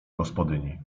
gospodyni